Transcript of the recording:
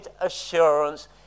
assurance